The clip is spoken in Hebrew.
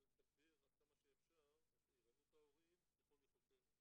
לתגבר עד כמה שאפשר את ערנות ההורים ככל יכולתנו.